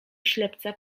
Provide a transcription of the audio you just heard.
ślepca